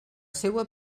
seua